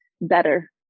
better